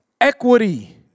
Equity